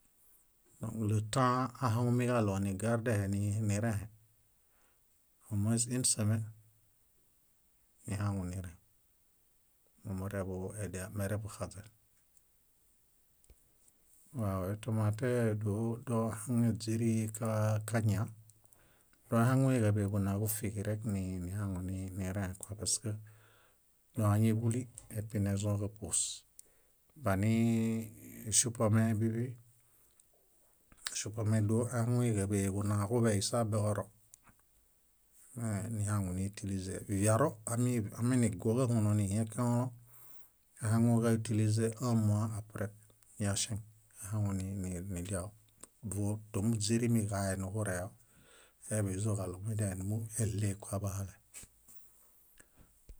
. Letã ahaŋumiġaɭo nigardehe nirẽhe, ó muẽs ún semen nihaŋunireŋ, mumureḃudia, mereḃuxaźen. Waw etomate dóo dóhaŋeźiri ka- kaña. Dóahaŋueġaḃeġunaġufiġi rek nihaŋunirẽekua pask dóhaŋeḃuli épinezõġaṗos banii eŝupome bíḃe. Eŝupome áhaŋueġaḃeġunaġuḃeisa beoro me níhaŋunitilizee. Viaro áminiguoġahuno nihiekẽolo, áhaŋuġaitilize œ̃mua apre yaŝeŋ ahaŋune ni- nidiawo. Tómuźirimi kaeniġureo, áiḃizoġaɭo múdialenumueɭee bahale.